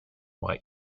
what